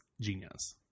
genius